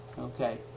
Okay